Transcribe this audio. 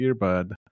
earbud